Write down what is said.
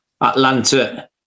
Atlanta